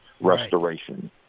restoration